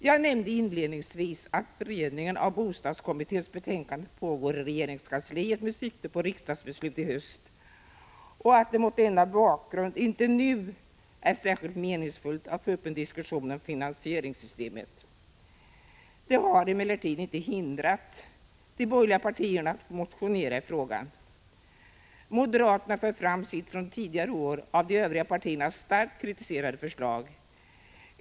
Jag nämnde inledningsvis att beredningen av bostadskommitténs betänkande pågår i regeringskansliet med sikte på riksdagsbeslut i höst och att det mot denna bakgrund inte nu är särskilt meningsfullt att ta upp en diskussion om finansieringssystemet. Det har emellertid inte hindrat de borgerliga partierna att motionera i frågan. Moderaterna för fram sitt från tidigare år av de övriga partierna starkt kritiserade förslag.